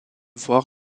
voir